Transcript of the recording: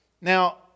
Now